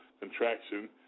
contraction